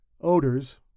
odors